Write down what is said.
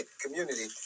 community